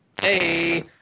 Hey